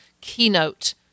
keynote